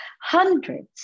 hundreds